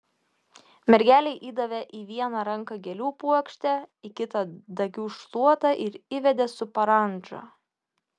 mergelei įdavė į vieną ranką gėlių puokštę į kitą dagių šluotą ir įvedė su parandža